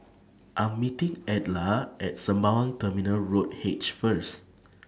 I Am meeting Edla At Sembawang Terminal Road H First